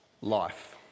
life